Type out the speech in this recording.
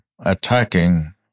attacking